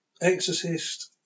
Exorcist